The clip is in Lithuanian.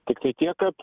tiktai tiek kad